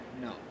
No